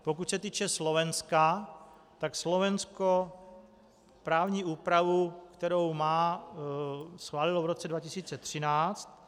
Pokud se týče Slovenska, tak Slovensko právní úpravu, kterou má, schválilo v roce 2013.